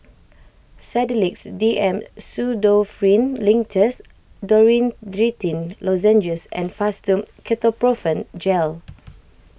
Sedilix D M Pseudoephrine Linctus Dorithricin Lozenges and Fastum Ketoprofen Gel